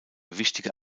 wichtige